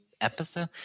episode